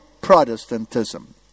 Protestantism